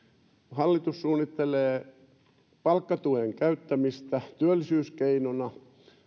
hallitus suunnittelee palkkatuen käyttämistä työllisyyskeinona